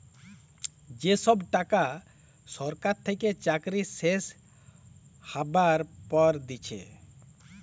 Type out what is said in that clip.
যে টাকা সরকার থেকে চাকরি শেষ হ্যবার পর দিচ্ছে